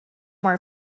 more